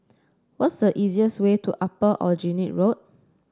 what's the easiest way to Upper Aljunied Road